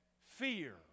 fear